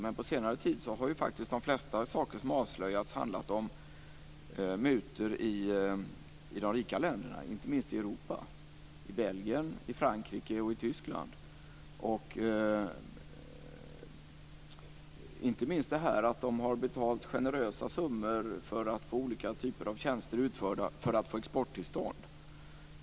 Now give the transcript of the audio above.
Men på senare tid har det mesta av det som avslöjats handlat om mutor i de rika länderna, inte minst i Europa såsom Belgien, Frankrike och Tyskland. Man har t.ex. betalat generösa summor för att få olika typer av tjänster utförda för att få exporttillstånd.